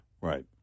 right